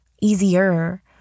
easier